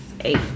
Eight